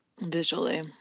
visually